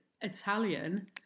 Italian